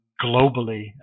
globally